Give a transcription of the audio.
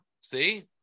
see